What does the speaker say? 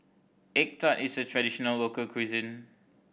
egg tart is a traditional local cuisine